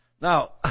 Now